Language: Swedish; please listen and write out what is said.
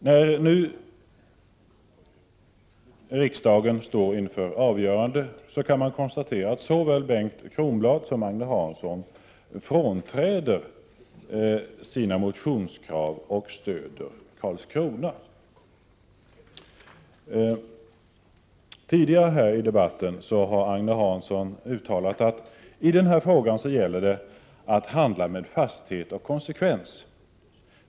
När riksdagen nu står inför ett avgörande kan man konstatera att såväl Bengt Kronblad som Agne Hansson frånträder sina motionskrav och stöder förslaget om Karlskrona. Tidigare här i debatten har Agne Hansson uttalat att det i denna fråga gäller att handla med fasthet och konsekvens.